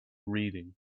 reading